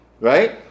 Right